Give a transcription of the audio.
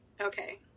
Okay